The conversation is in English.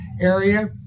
area